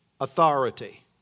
authority